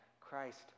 Christ